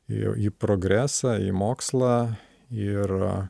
į į progresą į mokslą ir